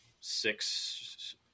six